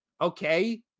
okay